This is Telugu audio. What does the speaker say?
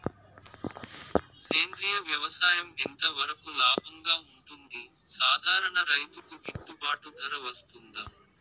సేంద్రియ వ్యవసాయం ఎంత వరకు లాభంగా ఉంటుంది, సాధారణ రైతుకు గిట్టుబాటు ధర వస్తుందా?